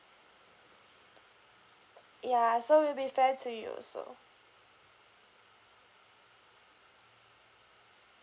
ya so will be fair to you also